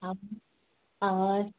हवस् हस्